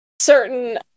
certain